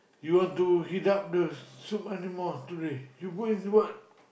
you want to heat up the soup anymore today you go and what